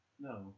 No